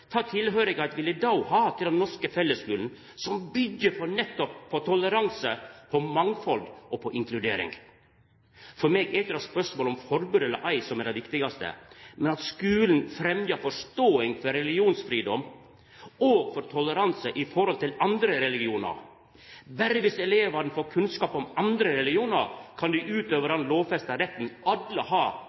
Kva for tilknyting vil dei då ha til den norske fellesskulen som byggjer nettopp på toleranse, på mangfald og på inkludering? For meg er det ikkje spørsmålet om forbod eller ei som er det viktigaste, men at skulen fremjar forståing for religionsfridom og for toleranse i forhold til andre religionar. Berre viss elevane får kunnskap om andre religionar, kan dei utøve den lovfesta retten alle har